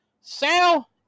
Sal